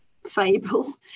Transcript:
fable